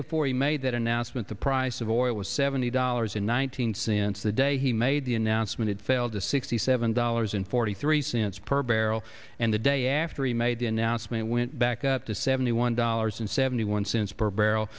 before he made that announcement the price of oil was seventy dollars in one thousand since the day he made the announcement it failed to sixty seven dollars and forty three cents per barrel and the day after he made the announcement went back up to seventy one dollars and seventy one cents per barrel